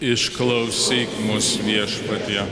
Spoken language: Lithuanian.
išklausyk mus viešpatie